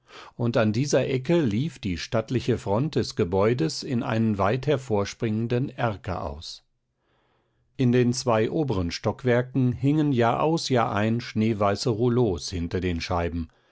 und an dieser ecke lief die stattliche fronte des gebäudes in einen weit hervorspringenden erker aus in den zwei oberen stockwerken hingen jahraus jahrein schneeweiße rouleaus hinter den scheiben